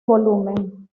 volumen